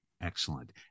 Excellent